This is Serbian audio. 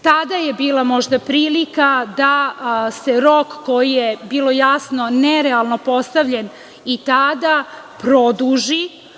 Tada je možda bila prilika da se rok koji je, to je bilo jasno, nerealno postavljen i tada – produži.